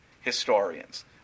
historians